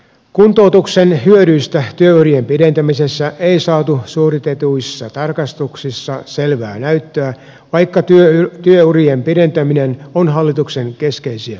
kuntoutuksen hyödyistä työurien pidentämisessä ei saatu suoritetuissa tarkastuksissa selvää näyttöä vaikka työurien pidentäminen on hallituksen keskeisiä tavoitteita